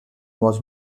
was